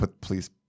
please